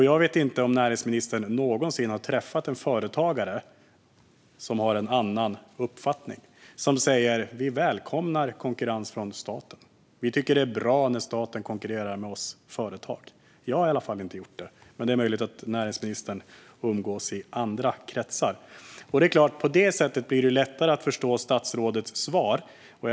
Jag vet inte om näringsministern någonsin har träffat någon företagare som varit av annan uppfattning, någon som sagt: "Vi välkomnar konkurrens från staten. Vi tycker att det är bra när staten konkurrerar med oss företag." Jag har i alla fall inte gjort det. Men det är möjligt att näringsministern umgås i andra kretsar. På detta sätt blir det lättare att förstå statsrådets interpellationssvar.